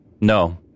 No